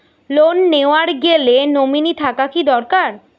Loan নেওয়ার গেলে nominee থাকা কি দরকারী?